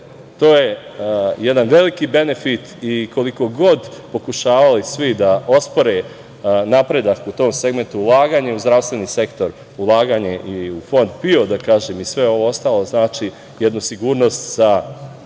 To je jedan veliki benefit i, koliko god pokušavali svi da ospore napredak u tom segmentu, ulaganje u zdravstveni sektor, ulaganje i u Fond PIO i sve ovo ostalo znači jednu sigurnost za